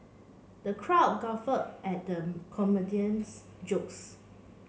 the crowd guffaw at the comedian's jokes